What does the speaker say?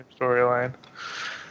Storyline